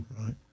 Right